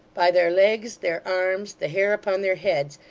by their legs, their arms, the hair upon their heads,